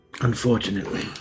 Unfortunately